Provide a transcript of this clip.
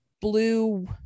blue